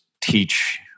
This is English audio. teach